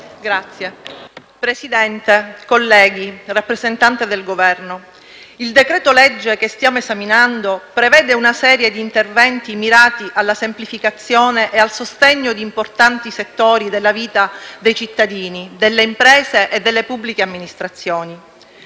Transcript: Signor Presidente, colleghi, signor rappresentante del Governo, il decreto-legge che stiamo esaminando prevede una serie di interventi mirati alla semplificazione e al sostegno di importanti settori della vita dei cittadini, delle imprese e delle pubbliche amministrazioni;